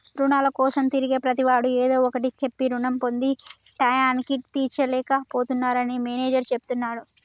రుణాల కోసం తిరిగే ప్రతివాడు ఏదో ఒకటి చెప్పి రుణం పొంది టైయ్యానికి తీర్చలేక పోతున్నరని మేనేజర్ చెప్తున్నడు